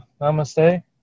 namaste